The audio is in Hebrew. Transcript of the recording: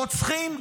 רוצחים?